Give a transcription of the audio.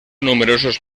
numerosos